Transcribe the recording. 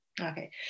Okay